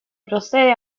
procede